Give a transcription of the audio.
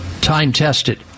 time-tested